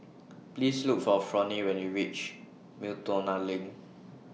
Please Look For Fronnie when YOU REACH Miltonia LINK